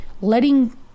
letting